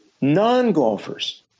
non-golfers